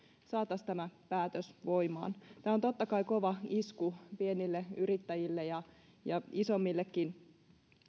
saataisiin tämä päätös voimaan tämä on totta kai kova isku pienille yrittäjille ja ja isommillekin